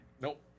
Nope